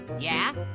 yeah?